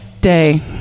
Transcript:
Day